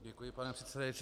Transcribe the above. Děkuji, pane předsedající.